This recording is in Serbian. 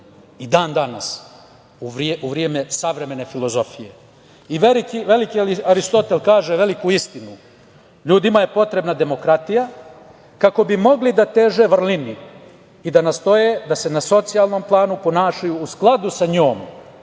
i dan-danas u vreme savremene filozofije. Veliki Aristotel kaže veliku istinu: "Ljudima je potrebna demokratija kako bi mogli da teže vrlini i da nastoje da se na socijalnom planu ponašaju u skladu sa njom